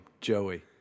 Joey